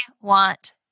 want